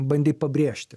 bandei pabrėžti